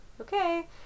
okay